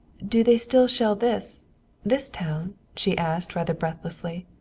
do they still shell this this town? she asked, rather breathlessly.